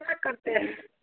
क्या करते हैं